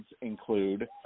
include